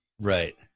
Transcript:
Right